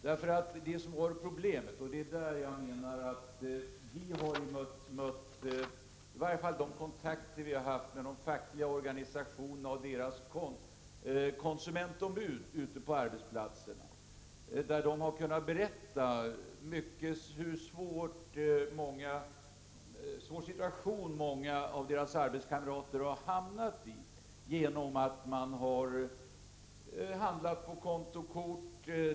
Vid de kontakter som vi har haft med de fackliga organisationerna och deras konsumentombud ute på arbetsplatserna har de kunnat berätta vilken svår situation som många av deras arbetskamrater har hamnat i genom att de har handlat på kontokort.